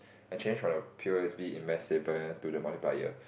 I changed from the p_o_s_b invest saver to the multiplier